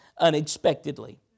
unexpectedly